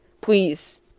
please